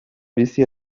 bizi